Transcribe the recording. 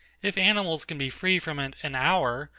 if animals can be free from it an hour,